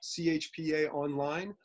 chpaonline